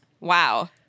Wow